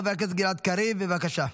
חבר הכנסת גלעד קריב, בבקשה,